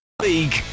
League